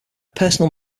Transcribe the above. personal